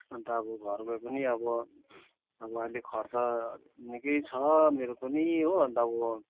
अन्त अब घर गए पनि अब अब अहिले खर्च निकै छ मेरो पनि हो अन्त अब